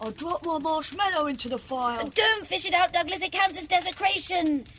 ah dropped my marshmallow into the fire. don't fish it out, douglas, it counts as desecration.